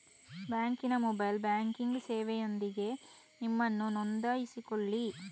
ಬ್ಯಾಂಕಿನ mobile banking ಸೇವೆಯೊಂದಿಗೆ ನಿಮ್ಮನ್ನು ನೋಂದಾಯಿಸಿಕೊಳ್ಳಿ